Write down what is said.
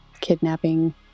kidnapping